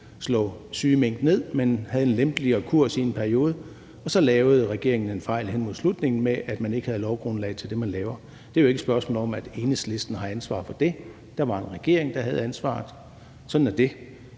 slå syge mink ned, men havde en lempeligere kurs i en periode. Så lavede regeringen den fejl hen mod slutningen, at man ikke havde lovgrundlag for det, man lavede. Det er jo ikke et spørgsmål om, at Enhedslisten har ansvaret for det. Der var en regering, der havde ansvaret; sådan er det.